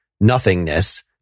nothingness